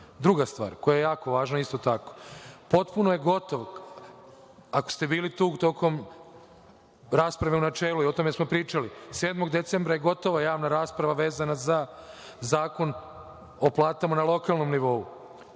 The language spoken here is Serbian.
stvar, koja je jako važna, potpuno je gotov, ako ste bili tu tokom rasprave u načelu i o tome smo pričali, 7. decembra javna rasprava vezana za Zakon o platama na lokalnom nivou.